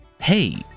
hey